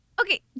Okay